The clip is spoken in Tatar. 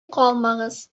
калмагыз